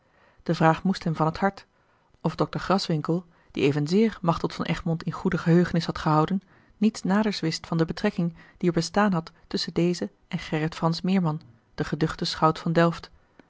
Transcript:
de vraag moest hem van het hart of dokter graswinckel die evenzeer machteld van egmond in goede geheugenis had gehouden niets naders wist van de betrekking die er bestaan had tusschen deze en gerrit fransz meerman den geduchten schout van delft